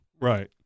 Right